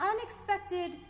unexpected